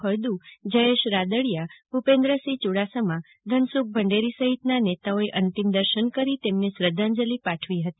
ફળદુ જયેશ રાદડિયા ભુપેન્દ્રસિંહ યુડાસમા ધનસુખ ભંડેરી સહિતના નેતાઓએ અંતિમ દર્શન કરી શ્રદ્ધાંજલિ પાઠવી હતી